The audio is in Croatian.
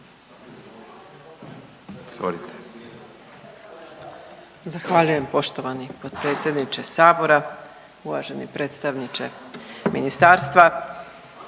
Zahvaljujem poštovani potpredsjedniče sabora, uvaženi predstavniče ministarstva.